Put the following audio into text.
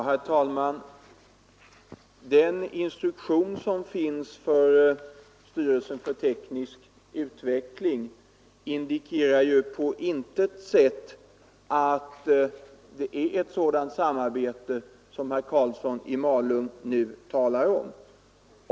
Herr talman! Instruktionen för styrelsen för teknisk utveckling indikerar på intet sätt att det skulle finnas ett sådant samarbete som herr Karlsson i Malung nu talar om.